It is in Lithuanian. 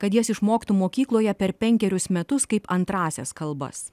kad jas išmoktų mokykloje per penkerius metus kaip antrąsias kalbas